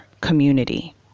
community